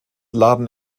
laden